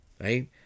right